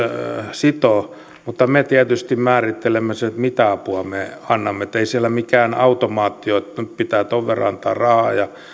sitoo mutta me tietysti määrittelemme sen mitä apua me annamme että ei siellä mikään automaatti ole että nyt pitää tuon verran antaa rahaa ja